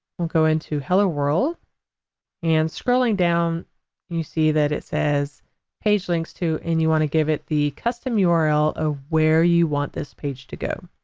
we'll go into hello world and scrolling down you see that it says page links to and you want to give it the custom url of where you want this page to go.